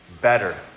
better